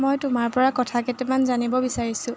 মই তোমাৰপৰা কথা কেইটামান জানিব বিচাৰিছোঁ